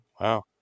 Wow